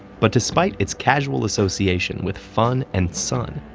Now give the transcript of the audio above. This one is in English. but despite its casual association with fun and sun,